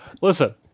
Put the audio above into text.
Listen